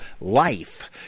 life